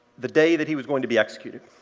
the day that he was going to be executed,